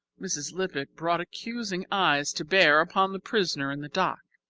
mrs. lippett brought accusing eyes to bear upon the prisoner in the dock,